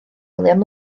william